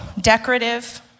decorative